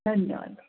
धन्यवाद